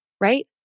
right